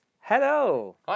hello